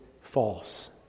false